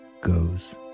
goes